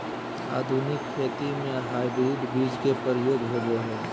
आधुनिक खेती में हाइब्रिड बीज के प्रयोग होबो हइ